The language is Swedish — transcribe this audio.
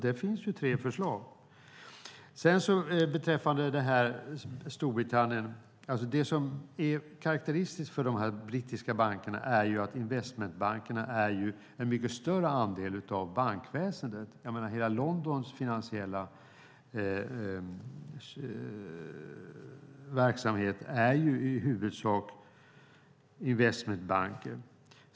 Där finns alltså tre förslag. Det som är karakteristiskt för de brittiska bankerna är att investmentbankerna är en mycket större andel av bankväsendet. Hela Londons finansiella verksamhet är ju i huvudsak investmentbanker.